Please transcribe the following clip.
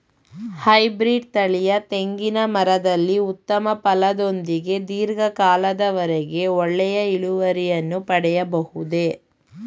Hybrid ತಳಿಯ ತೆಂಗಿನ ಮರದಲ್ಲಿ ಉತ್ತಮ ಫಲದೊಂದಿಗೆ ಧೀರ್ಘ ಕಾಲದ ವರೆಗೆ ಒಳ್ಳೆಯ ಇಳುವರಿಯನ್ನು ಪಡೆಯಬಹುದೇ?